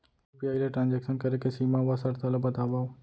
UPI ले transaction करे के सीमा व शर्त ला बतावव?